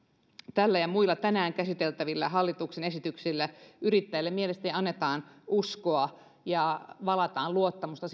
tällä ja muilla tänään käsiteltävillä hallituksen esityksillä yrittäjille mielestäni annetaan uskoa ja valetaan luottamusta